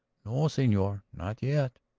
no, senor. not yet.